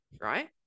right